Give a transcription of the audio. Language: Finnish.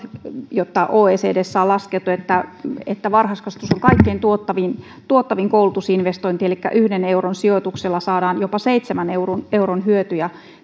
jotka oecdssä on laskettu että että varhaiskasvatus on kaikkein tuottavin tuottavin koulutusinvestointi elikkä yhden euron sijoituksella saadaan jopa seitsemän euron euron hyöty ja